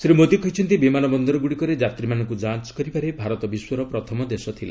ଶ୍ରୀ ମୋଦି କହିଛନ୍ତି ବିମାନ ବନ୍ଦରଗୁଡ଼ିକରେ ଯାତ୍ରୀମାନଙ୍କୁ ଯାଞ୍ଚ କରିବାରେ ଭାରତ ବିଶ୍ୱର ପ୍ରଥମ ଦେଶ ଥିଲା